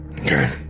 okay